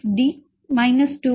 01 மற்றும் 2